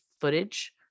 footage